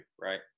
right